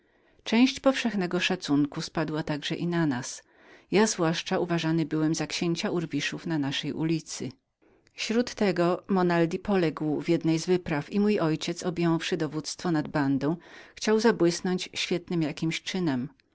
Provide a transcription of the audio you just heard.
część powszechnego szacunku spadła także i na nas ja szczególnie uważany byłem jako książe lampartów całego miasta śród tego monaldi poległ w jednej wyprawie i mój ojciec objąwszy dowództwo nad bandą chciał świetnym jakim czynem